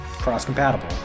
cross-compatible